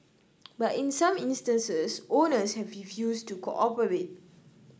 but in some instances owners have refused to cooperate